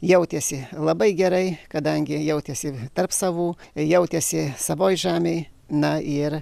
jautėsi labai gerai kadangi jautėsi tarp savų jautėsi savoj žemėj na ir